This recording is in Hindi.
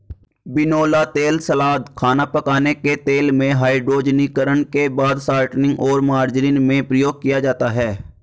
बिनौला तेल सलाद, खाना पकाने के तेल में, हाइड्रोजनीकरण के बाद शॉर्टनिंग और मार्जरीन में प्रयोग किया जाता है